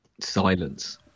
Silence